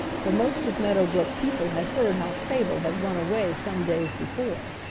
for most of meadow brook people had heard how sable had run away some days before.